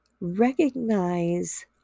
Recognize